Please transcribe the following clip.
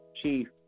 Chief